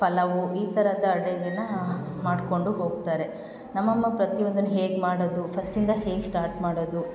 ಪಲಾವು ಈ ಥರದ ಅಡುಗೆನ ಮಾಡಿಕೊಂಡು ಹೋಗ್ತಾರೆ ನಮ್ಮ ಅಮ್ಮ ಪ್ರತಿಯೊಂದನ್ನ ಹೇಗೆ ಮಾಡೋದು ಫಸ್ಟಿಂದ ಹೇಗೆ ಸ್ಟಾರ್ಟ್ ಮಾಡೋದು